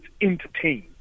entertained